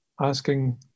asking